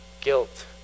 guilt